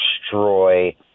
destroy